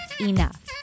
enough